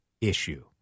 issue